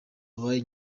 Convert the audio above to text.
abaye